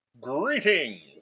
Greetings